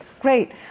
Great